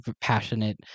passionate